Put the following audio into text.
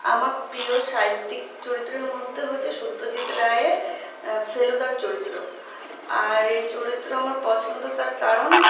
আমার প্রিয় সাহিত্যিক চরিত্রের মধ্যে হচ্ছে সত্যজিৎ রায়ের ফেলুদার চরিত্র আর এই চরিত্র আমার পছন্দ তার কারণ